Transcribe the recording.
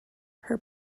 her